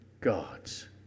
God's